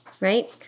right